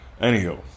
Anywho